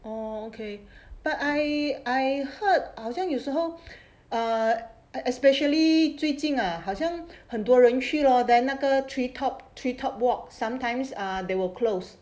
orh okay but I heard 好像有时候 err especially 最近好像很多人去 lor then 那个 treetop treetop walk sometimes err they will close